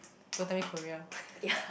don't tell me Korea